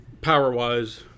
power-wise